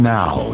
now